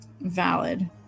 Valid